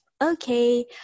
okay